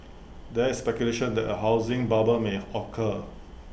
there is speculation that A housing bubble may occur